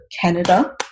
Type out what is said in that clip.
Canada